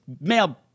male